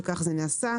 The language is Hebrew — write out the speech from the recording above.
וכך זה נעשה,